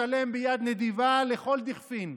משלם ביד נדיבה לכל דכפין,